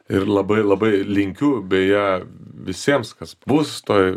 ir labai labai linkiu beje visiems kas bus toj